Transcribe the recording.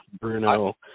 Bruno